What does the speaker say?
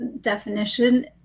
definition